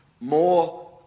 more